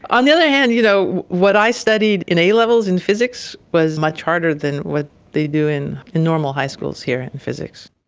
on the other hand, you know what i studied in a-levels in physics was much harder than what they do in in normal high schools here in physics.